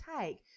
take